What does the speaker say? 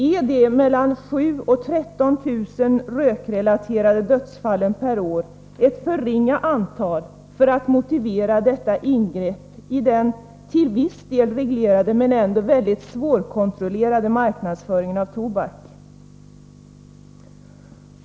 Är de mellan 7 000 och 13 000 rökrelaterade dödsfallen per år ett för ringa antal för att motivera detta ingrepp i den till viss del reglerade men ändå mycket svårkontrollerade marknadsföringen av tobak?